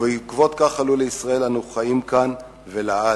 ובעקבות כך עלו לישראל, אנו חיים כאן, ולעד.